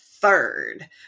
Third